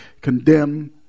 condemn